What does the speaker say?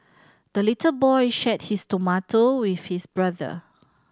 the little boy shared his tomato with his brother